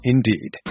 Indeed